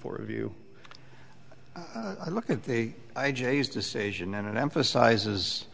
for review i look at the i j a use decision and emphasizes